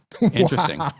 Interesting